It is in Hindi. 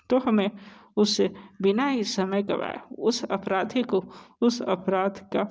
तो हमें उससे बिना ही समय गवाएं उस अपराधी को अपराध का